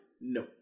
No